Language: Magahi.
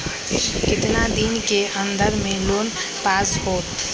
कितना दिन के अन्दर में लोन पास होत?